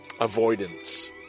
avoidance